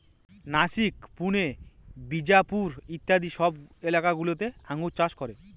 নাসিক, পুনে, বিজাপুর ইত্যাদি সব এলাকা গুলোতে আঙ্গুর চাষ করে